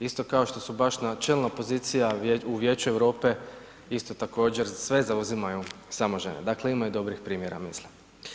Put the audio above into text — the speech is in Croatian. Isto kao što su baš na čelna pozicija u Vijeću Europe isto također sve zauzimaju samo žene, dakle imaju dobrih primjera mislim.